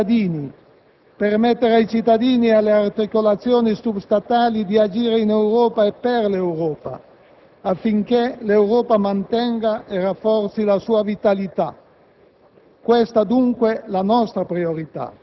avvicinare l'Europa ai cittadini, permettere ai cittadini e alle articolazioni *sub*-statali di agire in Europa e per l'Europa affinché l'Europa mantenga e rafforzi la sua vitalità.